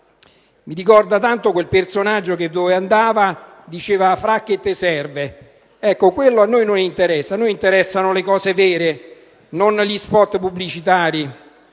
Mi ricorda tanto quel personaggio che dove andava diceva «A Fra' che te serve?». Quello non ci interessa. Ci interessano le cose vere, non gli spot pubblicitari,